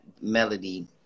Melody